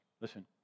Listen